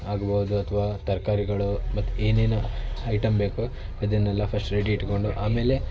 ಆಗಬಹುದು ಅಥವಾ ತರಕಾರಿಗಳು ಮತ್ತು ಏನೇನು ಐಟಮ್ ಬೇಕೋ ಅದನ್ನೆಲ್ಲ ಫಸ್ಟ್ ರೆಡಿ ಹಿಡ್ಕೊಂಡು ಆಮೇಲೆ